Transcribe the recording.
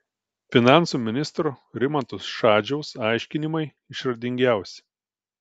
finansų ministro rimanto šadžiaus aiškinimai išradingiausi